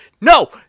No